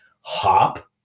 hop